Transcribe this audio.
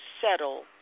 settle